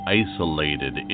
isolated